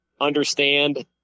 understand